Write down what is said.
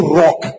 rock